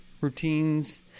routines